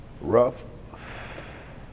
Rough